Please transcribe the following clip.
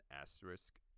asterisk